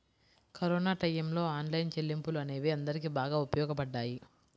corona టైయ్యంలో online చెల్లింపులు అనేవి అందరికీ బాగా ఉపయోగపడ్డాయి